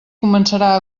començarà